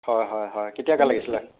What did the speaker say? হয় হয় হয় কেতিয়াকে লাগিছিলে